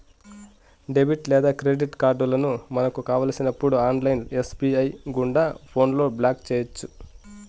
debit లేదా credit కార్డులను మనకు కావలసినప్పుడు ఆన్లైన్ ఎస్.బి.ఐ గుండా ఫోన్లో బ్లాక్ చేయొచ్చు